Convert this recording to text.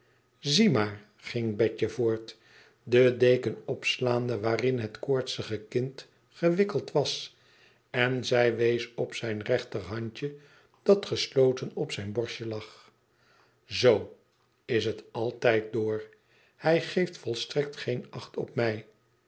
maar ging betje voort de deken opslaande waarin het koortsige kind gewikkeld was en zij wees op zijn rechterhandje dat gesloten op zijn borstje lag zoo is het altijd door hij geeft volstrekt geen acht op mij